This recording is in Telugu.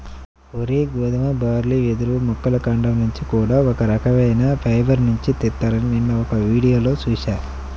వరి, గోధుమ, బార్లీ, వెదురు మొక్కల కాండం నుంచి కూడా ఒక రకవైన ఫైబర్ నుంచి తీత్తారని నిన్న ఒక వీడియోలో చూశా